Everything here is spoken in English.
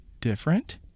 different